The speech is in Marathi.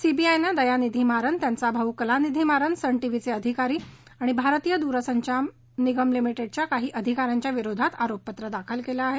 सीबीआयनं दयानिधी मारन त्यांचा भाऊ कलानिधी मारन सन टीव्हीचे अधिकारी आणि भारतीय दूरसंचार निगम लिमिटैडच्या काही अधिकाऱ्यांच्या विरोधात आरोपपत्र दाखल केलं आहे